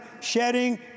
shedding